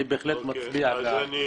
אני בהחלט מצביע בעד.